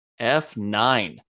F9